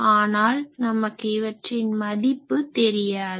ஆனால் நமக்கு இவற்றின் மதிப்பு தெரியாது